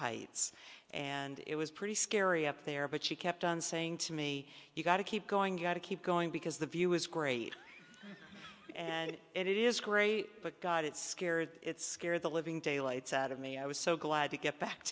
heights and it was pretty scary up there but she kept on saying to me you got to keep going you gotta keep going because the view is great and it is great but god it scared its scared the living daylights out of me i was so glad to get back